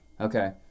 Okay